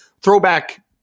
throwback